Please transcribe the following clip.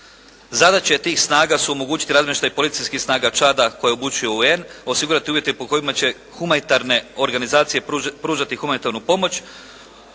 Zadaće tih snaga su omogućiti razmještaj političkih snaga Čada koje je obučio UN, osigurati uvjete po kojima će humanitarne organizacije pružati humanitarnu pomoć,